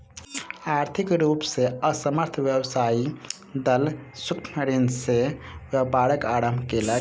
आर्थिक रूप से असमर्थ व्यवसायी दल सूक्ष्म ऋण से व्यापारक आरम्भ केलक